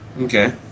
Okay